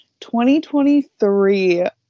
2023